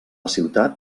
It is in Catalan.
ciutat